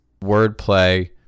wordplay